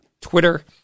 Twitter